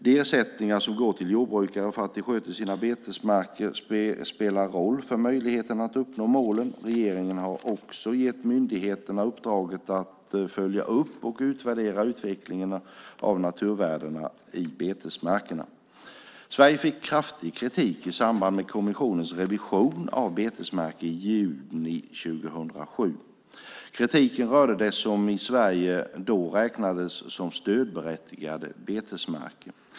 De ersättningar som går till jordbrukare för att de sköter sina betesmarker spelar roll för möjligheten att uppnå målen. Regeringen har också gett myndigheterna uppdraget att följa upp och utvärdera utvecklingen av naturvärdena i betesmarkerna. Sverige fick kraftig kritik i samband med kommissionens revision av betesmarker i juni 2007. Kritiken rörde det som i Sverige då räknades som stödberättigade betesmarker.